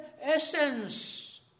essence